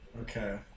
okay